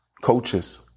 coaches